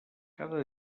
cada